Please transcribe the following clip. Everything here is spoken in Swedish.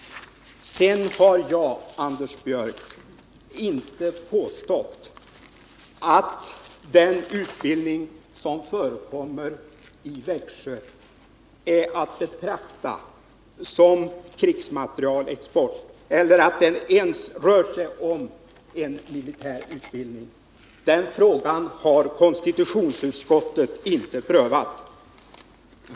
Jag har inte, Anders Björck, påstått att den utbildning som förekommer i Växjö är att betrakta som krigsmaterielexport eller att det ens rör sig om en militär utbildning. Den frågan har konstitutionsutskottet inte prövat.